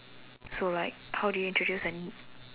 so like how do you introduce a n~